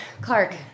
Clark